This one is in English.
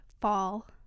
fall